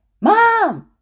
mom